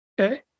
Okay